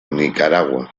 nicaragua